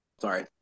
sorry